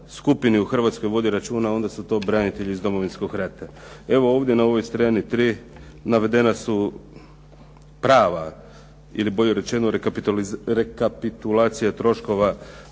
skupini u Hrvatskoj vodi računa onda su to branitelji iz Domovinskog rata. Evo ovdje na ovoj strani tri navedena su prava ili bolje rečeno rekapitulacija troškova